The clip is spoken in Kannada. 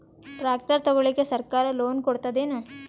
ಟ್ರ್ಯಾಕ್ಟರ್ ತಗೊಳಿಕ ಸರ್ಕಾರ ಲೋನ್ ಕೊಡತದೇನು?